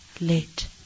late